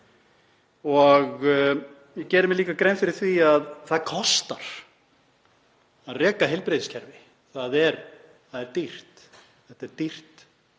Ég geri mér líka grein fyrir því að það kostar að reka heilbrigðiskerfi. Það er dýrt. Þetta er dýrt